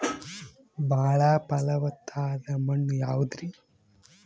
ಬಾಳ ಫಲವತ್ತಾದ ಮಣ್ಣು ಯಾವುದರಿ?